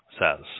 says